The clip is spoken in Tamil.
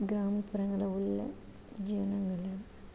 கிராமப்புறங்கள்ல உள்ள ஜனங்களை